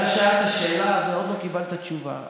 אתה שאלת שאלה ועוד לא קיבלת תשובה.